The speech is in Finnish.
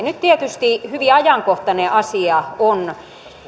nyt tietysti hyvin ajankohtainen asia on